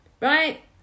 right